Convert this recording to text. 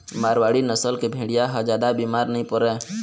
मारवाड़ी नसल के भेड़िया ह जादा बिमार नइ परय